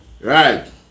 Right